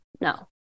No